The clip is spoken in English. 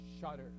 shudder